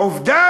ועובדה,